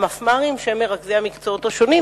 המפמ"רים שהם מרכזי המקצועות השונים,